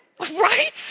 Right